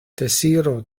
deziro